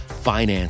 finance